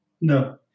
No